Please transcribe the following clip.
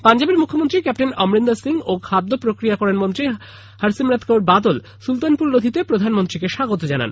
পাঞ্জাবের মুখ্যমন্ত্রী ক্যাপ্টেন অমরিন্দর সিং ও খাদ্য প্রক্রিয়াকরণ মন্ত্রী হরসিমরৎ কাউর বাদল সুলতানপুর লোধীতে প্রধানমন্ত্রীকে স্বাগত জানান